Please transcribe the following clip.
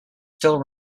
still